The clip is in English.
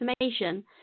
information